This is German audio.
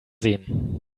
sehen